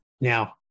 Now